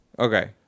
Okay